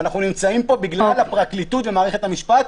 ואנחנו נמצאים פה בגלל הפרקליטות ומערכת המשפט,